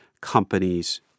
companies